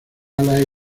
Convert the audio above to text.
ala